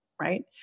right